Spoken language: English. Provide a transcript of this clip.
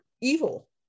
evil